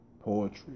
poetry